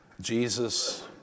Jesus